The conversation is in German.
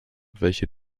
welche